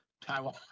Taiwan